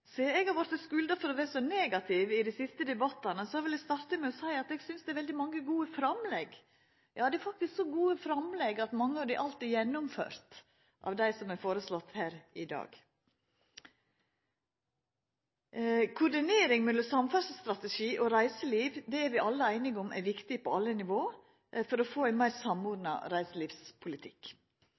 Sidan eg har vorte skulda for å vera så negativ i dei siste debattane, vil eg starta med å seia at eg synest det er veldig mange gode framlegg. Ja, det er faktisk så gode framlegg at mange av dei som er foreslått her i dag, allereie er gjennomførte. Koordinering mellom samferdselsstrategi og reiseliv er vi alle einige om er viktig på alle nivå for å få ein meir samordna reiselivspolitikk.